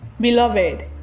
Beloved